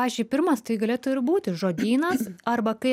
pavyzdžiui pirmas tai galėtų ir būti žodynas arba kai